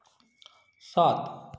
सात